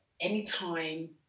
anytime